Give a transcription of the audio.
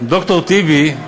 ד"ר טיבי,